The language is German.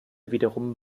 wiederum